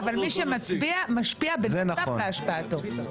אבל מי שמצביע משפיע בנוסף להשפעתו.